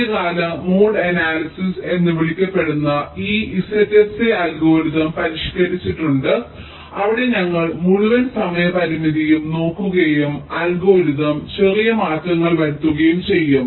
ആദ്യകാല mode analysis എന്ന് വിളിക്കപ്പെടുന്ന ഈ ZSA അൽഗോരിതം പരിഷ്ക്കരിച്ചിട്ടുണ്ട് അവിടെ ഞങ്ങൾ മുഴുവൻ സമയ പരിമിതിയും നോക്കുകയും അൽഗോരിതം ചെറിയ മാറ്റങ്ങൾ വരുത്തുകയും ചെയ്യും